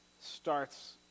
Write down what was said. starts